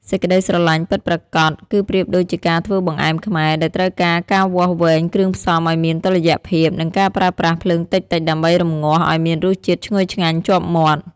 សេចក្ដីស្រឡាញ់ពិតប្រាកដគឺប្រៀបដូចជាការធ្វើបង្អែមខ្មែរ ដែលត្រូវការការវាស់វែងគ្រឿងផ្សំឱ្យមានតុល្យភាព និងការប្រើប្រាស់ភ្លើងតិចៗដើម្បីរម្ងាស់ឱ្យមានរសជាតិឈ្ងុយឆ្ងាញ់ជាប់មាត់។